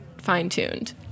fine-tuned